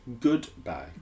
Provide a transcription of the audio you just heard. Goodbye